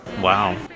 Wow